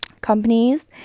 companies